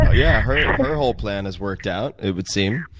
yeah her yeah her whole plan has worked out, it would seem.